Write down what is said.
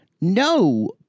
No